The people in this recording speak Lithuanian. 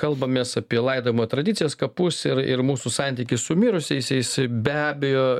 kalbamės apie laidojimo tradicijas kapus ir ir mūsų santykį su mirusiaisiais be abejo